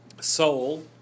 soul